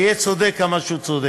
צודק ככל שיהיה.